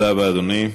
תודה רבה, אדוני.